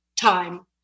time